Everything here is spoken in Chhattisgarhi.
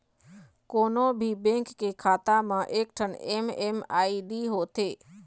कोनो भी बेंक के खाता म एकठन एम.एम.आई.डी होथे